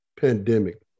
pandemic